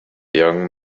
young